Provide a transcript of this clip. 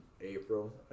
April